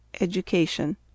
Education